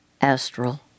astral